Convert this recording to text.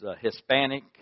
Hispanic